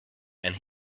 and